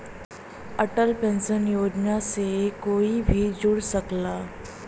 Atal pension Yojana से कोई भी जुड़ सकला